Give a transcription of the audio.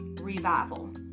revival